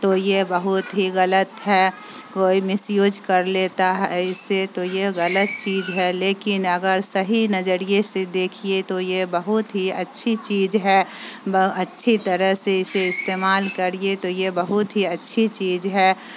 تو یہ بہت ہی غلط ہے کوئی مسیوج کر لیتا ہے اسے تو یہ غلط چیز ہے لیکن اگر صحیح نظریے سے دیکھیے تو یہ بہت ہی اچھی چیز ہے اچھی طرح سے اسے استعمال کریے تو یہ بہت ہی اچھی چیز ہے